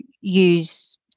use